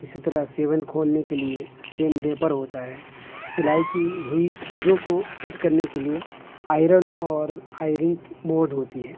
اسی طرح سیون کھولنے کے لیے سیم ریپر ہوتا ہے سلائی کی ہوئی چیزوں کو سیٹ کرنے کے لیے آئرن اور آئرن بوڈ ہوتی ہے